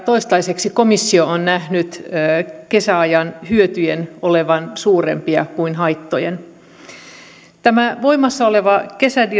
toistaiseksi komissio on nähnyt kesäajan hyötyjen olevan suurempia kuin haittojen tämä voimassa oleva